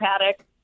paddock